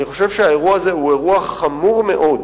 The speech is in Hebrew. האירוע הזה הוא אירוע חמור מאוד,